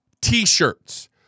t-shirts